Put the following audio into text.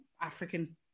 african